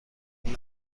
این